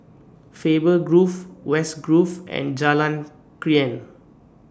Faber Grove West Grove and Jalan Krian